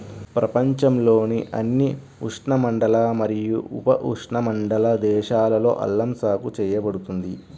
ప్రపంచంలోని అన్ని ఉష్ణమండల మరియు ఉపఉష్ణమండల దేశాలలో అల్లం సాగు చేయబడుతుంది